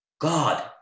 God